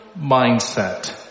mindset